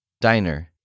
diner